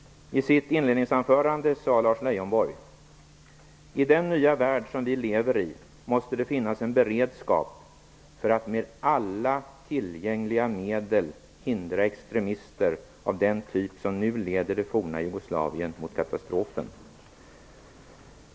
I sitt inledningsanförande sade Lars Leijonborg: "I den nya värld som vi lever i, måste det finnas en beredskap för att med alla tillgängliga medel hindra extremister av den typ som nu leder det forna Jugoslavien mot katastrofen."